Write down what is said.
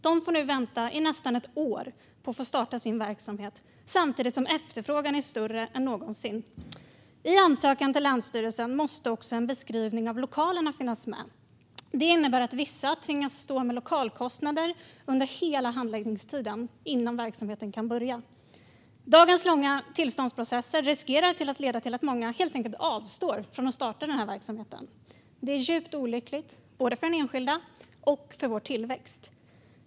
De får nu vänta i nästan ett år på att få starta sin verksamhet samtidigt som efterfrågan är större än någonsin. I ansökan till länsstyrelsen måste också en beskrivning av lokalerna finnas med. Det innebär att vissa tvingas stå med lokalkostnader under hela handläggningstiden innan verksamheten kan börja. Dagens långa tillståndsprocesser riskerar att leda till att många helt enkelt avstår från att starta den verksamheten. Det är djupt olyckligt både för den enskilda och för vår tillväxt.